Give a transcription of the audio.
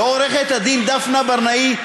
לעורכת-דין דפנה ברנאי,